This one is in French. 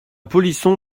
polisson